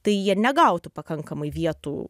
tai jie negautų pakankamai vietų